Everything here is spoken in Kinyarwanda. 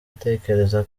atekereza